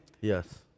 Yes